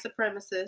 supremacists